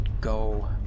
go